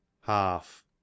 half